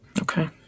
Okay